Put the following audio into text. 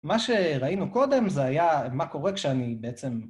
מה שראינו קודם זה היה מה קורה כשאני בעצם...